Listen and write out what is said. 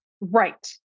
Right